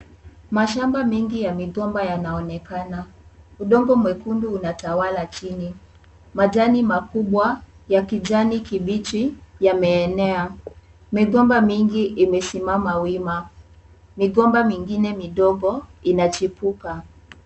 Mashamba mengi ya migomba yanaonekana. Udongo mwekundu unatawala chini. Majani makubwa ya kijani kibichi yameenea. Migomba mingi imesimama wima. Migomba mingine midogo inachipuka.